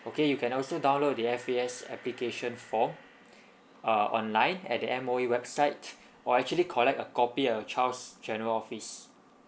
okay you can also download the F_A_S application form uh online at the M_O_E website or actually collect a copy of child's general office